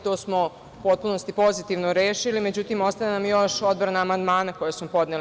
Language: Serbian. To smo u potpunosti pozitivno rešili, međutim ostaje nam još odbrana amandmana koje smo podneli.